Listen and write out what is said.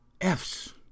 F's